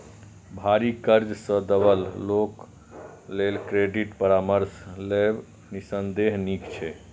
भारी कर्ज सं दबल लोक लेल क्रेडिट परामर्श लेब निस्संदेह नीक छै